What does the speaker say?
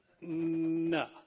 No